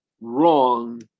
wrong